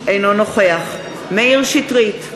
אינו נוכח מאיר שטרית,